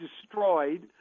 destroyed